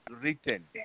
written